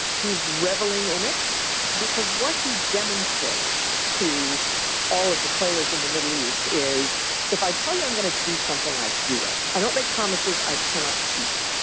he is reveling in it because what he demonstrates to all of the players in the middle east is if i tell you i'm going to do something i do it. i don't make promises i cannot keep.